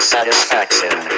Satisfaction